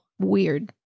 weird